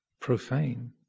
profane